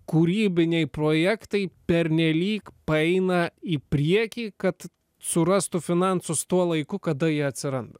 kūrybiniai projektai pernelyg paeina į priekį kad surastų finansus tuo laiku kada jie atsiranda